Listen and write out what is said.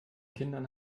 kindern